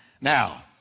Now